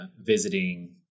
visiting